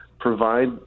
provide